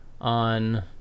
on